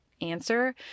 answer